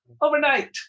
overnight